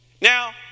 Now